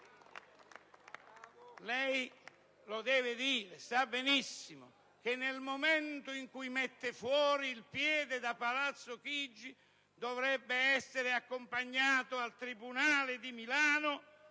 e LNP).* Lei sa benissimo che nel momento in cui mette fuori il piede da Palazzo Chigi dovrebbe essere accompagnato al tribunale di Milano